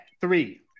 three